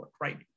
right